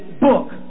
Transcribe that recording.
book